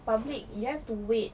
public you have to wait